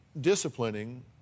disciplining